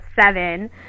seven